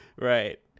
Right